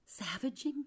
savaging